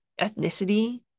ethnicity